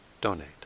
donate